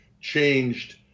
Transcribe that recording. changed